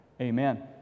Amen